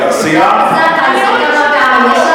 תנו לה לצעוק.